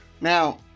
Now